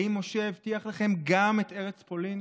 האם משה הבטיח לכם גם את ארץ פולין?